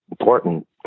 important